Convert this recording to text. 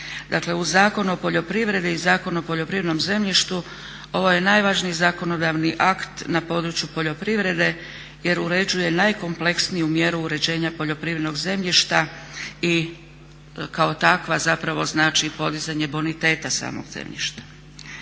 Dakle uz Zakon o poljoprivredi i Zakon o poljoprivrednom zemljištu ovo je najvažniji zakonodavni akt na području poljoprivrede jer uređuje najkompleksniju mjeru uređenja poljoprivrednog zemljišta i kao takva zapravo znači podizanje boniteta samog zemljišta.